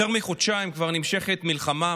כבר יותר מחודשיים נמשכת מלחמה,